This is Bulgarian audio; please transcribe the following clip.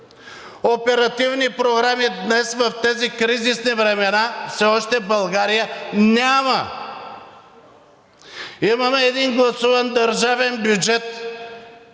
Оперативни програми днес в тези кризисни времена все още в България няма. Имаме един гласуван държавен бюджет